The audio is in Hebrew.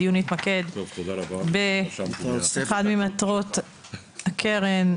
הדיון יתמקד באחת ממטרות הקרן,